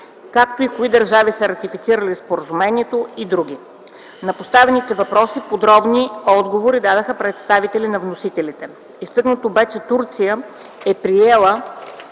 както и кои държави са ратифицирали споразумението и други. На поставените въпроси подробни отговори дадоха представители на вносителите. Изтъкнато бе, че Турция е приела